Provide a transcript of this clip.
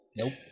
Nope